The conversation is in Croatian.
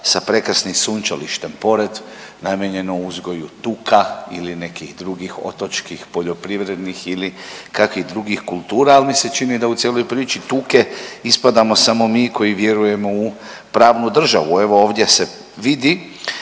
sa prekrasnim sunčalištem pored namijenjeno uzgoju tuka ili nekih drugih otočih poljoprivrednih ili kakvih drugih kultura, ali mi se čini da cijeloj priči tuke ispadamo samo mi koji vjerujemo u pravnu državu. Evo ovdje se vidi